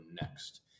next